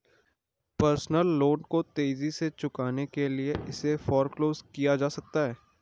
personal loan को तेजी से चुकाने के लिए इसे फोरक्लोज किया जा सकता है